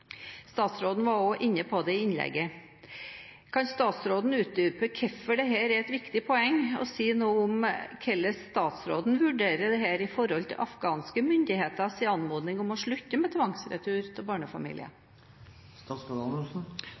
Statsråden var også inne på det i innlegget. Kan statsråden utdype hvorfor dette er et viktig poeng og si noe om hvordan han vurderer dette i forhold til afghanske myndigheters anmodning om å slutte med tvangsretur av barnefamilier?